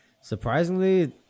surprisingly